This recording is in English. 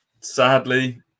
sadly